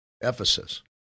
Ephesus